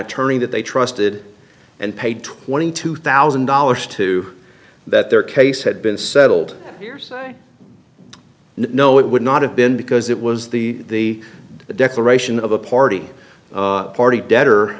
attorney that they trusted and paid twenty two thousand dollars to that their case had been settled hearsay no it would not have been because it was the declaration of a party party debtor